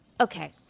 Okay